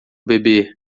beber